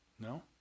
No